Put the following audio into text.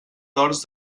dors